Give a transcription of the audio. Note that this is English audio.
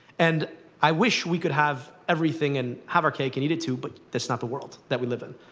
and i wish we could have everything, and have our cake and eat it, too, but that's not the world that we live in.